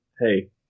Hey